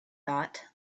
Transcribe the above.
thought